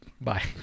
Bye